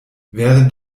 während